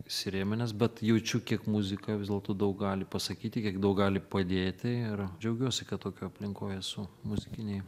įsirėminęs bet jaučiu kiek muzika vis dėlto daug gali pasakyti kiek daug gali padėti ir džiaugiuosi kad tokioj aplinkoj esu muzikinėj